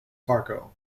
fargo